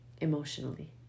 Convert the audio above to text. emotionally